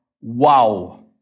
wow